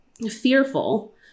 fearful